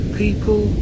people